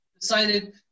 decided